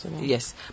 Yes